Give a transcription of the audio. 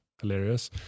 hilarious